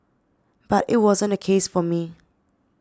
but it wasn't the case for me